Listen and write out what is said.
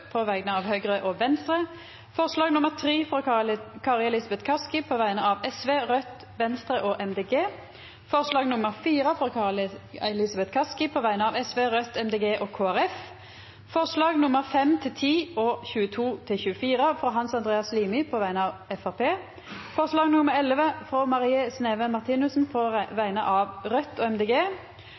på vegner av Høgre og Venstre forslag nr. 3, frå Kari Elisabeth Kaski på vegner av Sosialistisk Venstreparti, Raudt, Venstre og Miljøpartiet Dei Grøne forslag nr. 4, frå Kari Elisabeth Kaski på vegner av Sosialistisk Venstreparti, Raudt, Miljøpartiet Dei Grøne og Kristeleg Folkeparti forslaga nr. 5–10 og 22–24, frå Hans Andreas Limi på vegner av Framstegspartiet forslag nr. 11, frå Marie Sneve Martinussen på vegner av Raudt og